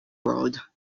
world